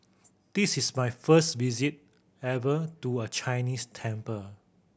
this is my first visit ever to a Chinese temple